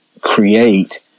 create